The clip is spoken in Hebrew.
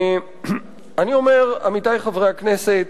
אני אומר, עמיתי חברי הכנסת,